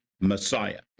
Messiah